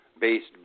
based